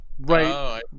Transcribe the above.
right